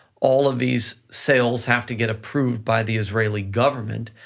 all of these sales have to get approved by the israeli government,